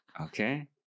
okay